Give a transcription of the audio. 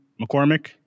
mccormick